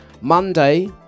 Monday